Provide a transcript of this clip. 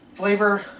Flavor